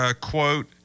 quote